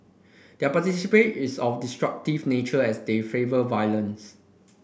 their is of destructive nature as they favour violence